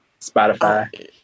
Spotify